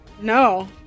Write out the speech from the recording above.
No